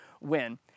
win